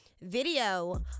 video